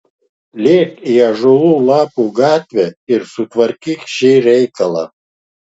lėk į ąžuolų lapų gatvę ir sutvarkyk šį reikalą